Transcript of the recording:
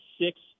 six